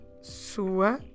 sua